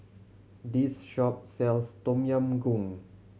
this shop sells Tom Yam Goong